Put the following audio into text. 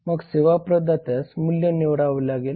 मग सेवा प्रदात्यास मूल्य निवडावे लागेल